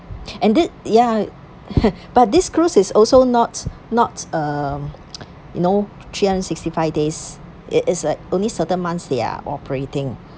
and this ya but this cruise is also not not um you know three hundred sixty five days it is like only certain months they are operating